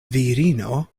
virino